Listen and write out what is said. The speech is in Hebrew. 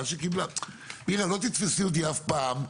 מירה לא תתפסי אותי אף פעם,